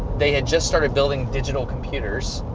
they had just started building digital computers,